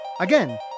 Again